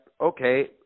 Okay